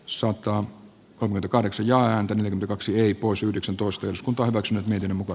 sotkamo kolme kahdeksan ja ääntä kaksi ei pois yhdeksäntoista jos kuntoutukseen miten muka